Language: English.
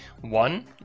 one